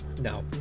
No